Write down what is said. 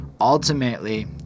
ultimately